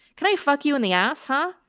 can i fuck you in the ass? huh?